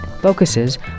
focuses